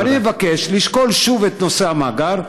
ואני מבקש לשקול שוב את נושא המאגר.